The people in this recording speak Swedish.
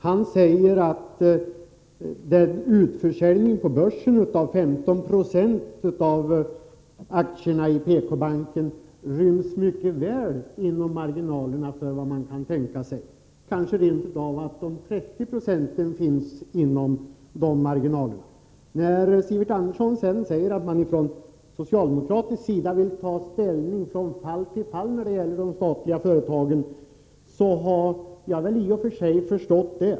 Han säger att en utförsäljning på börsen av 15 96 av aktierna i PK-banken mycket väl ryms inom ramen för vad man kan tänka sig — kanske t.o.m. 30 96 finns inom denna marginal. Sivert Andersson säger att man från socialdemokratisk sida vill ta ställning från fall till fall i fråga om de statliga företagen. Jag har i och för sig förstått det.